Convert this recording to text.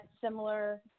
similar